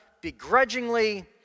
begrudgingly